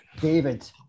David